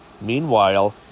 Meanwhile